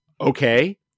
okay